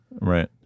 Right